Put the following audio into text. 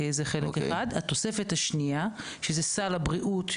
ואני עוד רשת גדולה וחזקה, שמציגה גירעון לא פשוט.